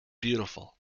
beautiful